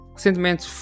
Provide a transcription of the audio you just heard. Recentemente